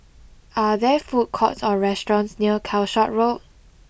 are there food courts or restaurants near Calshot Road